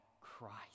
christ